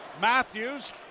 Matthews